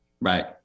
Right